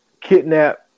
kidnap